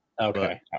Okay